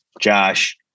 Josh